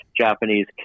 Japanese